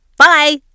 Bye